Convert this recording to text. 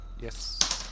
Yes